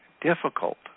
difficult